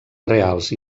reals